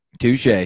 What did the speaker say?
touche